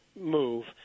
move